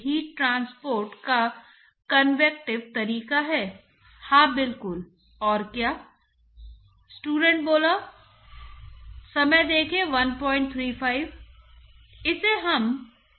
heat transport तो यह flux है जो dy द्वारा घटाकर kf dT है